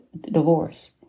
divorce